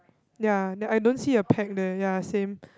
ya then I don't see a pack there ya same